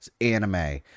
anime